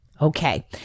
Okay